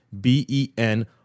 b-e-n